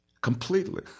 Completely